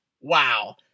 Wow